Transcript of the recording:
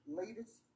latest